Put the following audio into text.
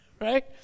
right